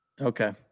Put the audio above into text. Okay